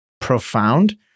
profound